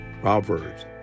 Proverbs